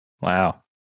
Wow